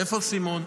איפה סימון?